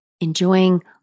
enjoying